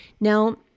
Now